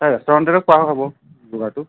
তাৰ ৰেষ্টুৰেণ্টতে খোৱা হ'ব যোগাৰটো